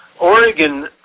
Oregon